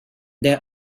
there